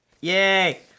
Yay